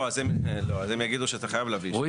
אז הם יגידו שאתה חייב להביא אישור.